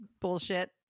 bullshit